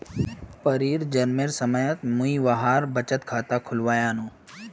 परीर जन्मेर समयत मुई वहार बचत खाता खुलवैयानु